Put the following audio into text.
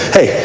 Hey